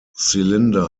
cylinder